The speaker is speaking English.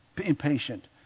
impatient